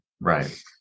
Right